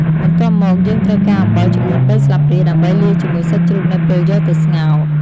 បន្ទាប់មក យើងត្រូវការអំបិល ចំនួនបីស្លាបព្រា ដើម្បីលាយជាមួយសាច់ជ្រូកនៅពេលយកទៅស្ងោរ។